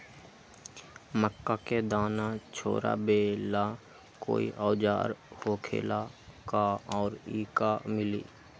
मक्का के दाना छोराबेला कोई औजार होखेला का और इ कहा मिली?